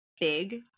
big